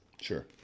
Sure